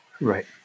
Right